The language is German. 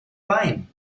wein